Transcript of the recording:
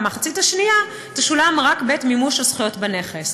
והחצי השני ישולם רק בעת מימוש הזכויות בנכס.